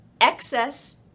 excess